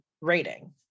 rating